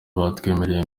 batwemereye